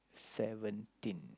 seventeen